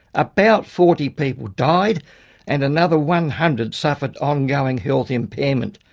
about forty people died and another one hundred suffered ongoing health impairment.